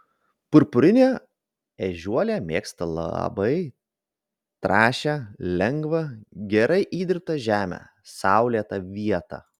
purpurinė ežiuolė mėgsta labai trąšią lengvą gerai įdirbtą žemę saulėtą vietą